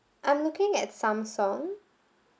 I'm looking at Samsung